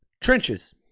Trenches